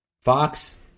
Fox